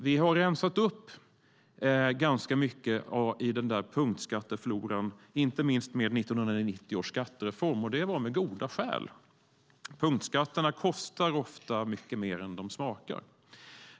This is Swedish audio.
Vi har rensat upp ganska mycket i denna punktskatteflora, inte minst i och med 1990 års skattereform, och det fanns goda skäl. Punktskatterna kostar ofta mycket mer än de smakar.